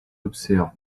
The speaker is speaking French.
observe